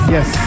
Yes